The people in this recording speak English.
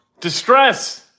Distress